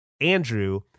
Andrew